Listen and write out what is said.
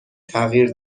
تغییر